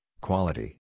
quality